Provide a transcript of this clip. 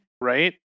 right